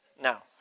now